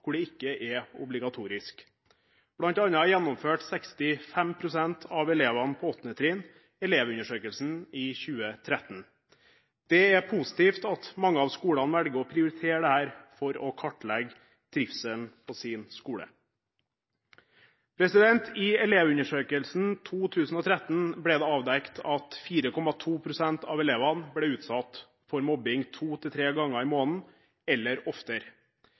hvor det ikke er obligatorisk. Blant annet gjennomførte 65 pst. av elevene på 8. trinn Elevundersøkelsen i 2013. Det er positivt at mange av skolene velger å prioritere dette for å kartlegge trivselen på sin skole. I Elevundersøkelsen 2013 ble det avdekket at 4,2 pst. av elevene ble utsatt for mobbing to-tre ganger i måneden eller oftere.